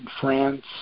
France